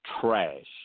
trash